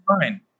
fine